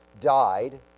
died